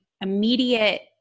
immediate